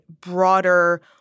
broader